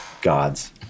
gods